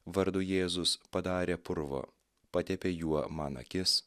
vardu jėzus padarė purvo patepė juo man akis